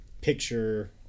picture